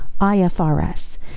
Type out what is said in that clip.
IFRS